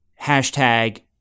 hashtag